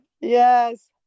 Yes